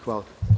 Hvala.